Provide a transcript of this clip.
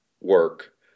work